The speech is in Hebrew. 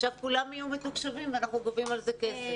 עכשיו כולם יהיו מתוקשבים ואנחנו גובים על זה כסף.